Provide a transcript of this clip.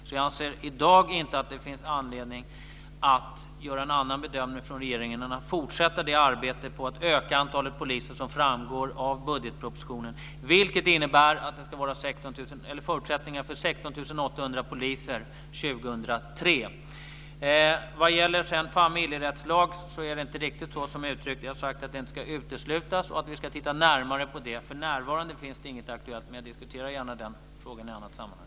Därför anser jag i dag inte att det finns anledning att göra en annan bedömning från regeringens sida än att man ska fortsätta med det arbete med att öka antalet poliser som framgår av budgetpropositionen, vilket innebär att det ska vara förutsättningar för 16 800 Vad gäller familjerådslag är det inte riktigt så som jag har uttryckt det. Jag har sagt att det inte ska uteslutas och att vi ska titta närmare på det. För närvarande är inget sådant aktuellt. Men jag diskuterar gärna den frågan i ett annat sammanhang.